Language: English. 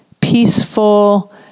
peaceful